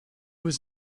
was